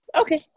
Okay